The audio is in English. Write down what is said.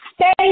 Stay